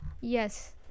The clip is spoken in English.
Yes